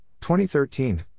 2013